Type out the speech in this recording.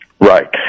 Right